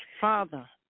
Father